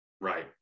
Right